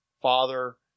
father